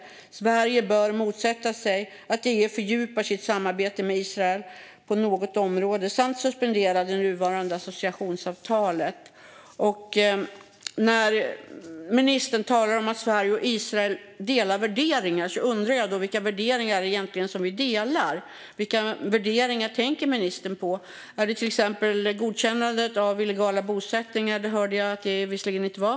Sverige bör motsätta sig att EU fördjupar sitt samarbete med Israel på något område samt suspendera det nuvarande associationsavtalet. När ministern talar om att Sverige och Israel delar värderingar undrar jag vilka värderingar ministern tänker på. Gäller det till exempel godkännandet av illegala bosättningar? Det hörde jag visserligen att det inte var.